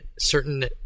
certain